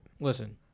Listen